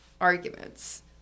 arguments